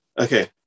Okay